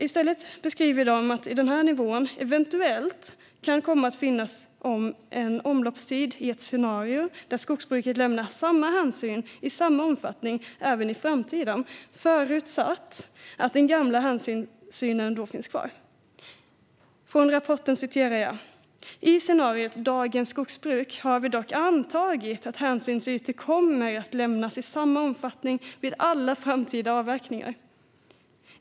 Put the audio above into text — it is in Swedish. I stället beskriver de att denna nivå eventuellt kan komma att finnas om en omloppstid i ett scenario där skogsbruket lämnar samma hänsyn i samma omfattning även i framtiden, förutsatt att den gamla hänsynen då finns kvar. Från rapporten citerar jag: "I scenariot Dagens skogsbruk har vi dock antagit att hänsynsytor kommer att lämnas i samma omfattning vid alla framtida avverkningar.